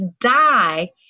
die